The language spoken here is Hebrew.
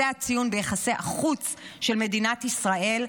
זה הציון ביחסי החוץ של מדינת ישראל,